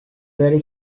very